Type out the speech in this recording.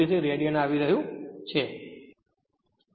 53 radian આવી રહ્યું છે